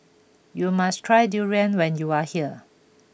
you must try Durian when you are here